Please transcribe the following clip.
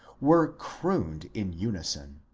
were crooned in unison.